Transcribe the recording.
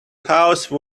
house